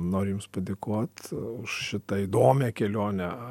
noriu jums padėkot už šitą įdomią kelionę